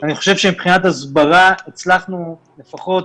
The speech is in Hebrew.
אני חושב שמבחינת הסברה הצלחנו לפחות